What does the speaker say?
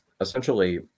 essentially